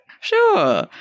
Sure